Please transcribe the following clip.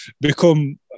become